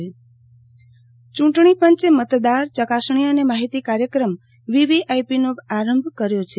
આરતીબેન ભદ્દ યુટણી પંચ ચૂંટણીપંચે મતદાર ચકાસણી અને માહિતી કાર્યક્રમ વીવીઆઈપીનો આરંભ કર્યો છે